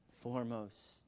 foremost